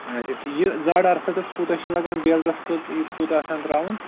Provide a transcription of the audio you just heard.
اچھا ٹھیٖکھ یہِ زڈ آر ستتھ کوتاہ چھُ لگَان بیلرس کٔژ یہِ کوتاہ آسان ترٛاوُن